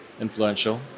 influential